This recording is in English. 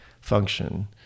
function